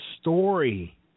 story